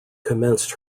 commenced